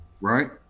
Right